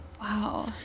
Wow